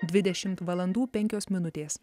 dvidešimt valandų penkios minutės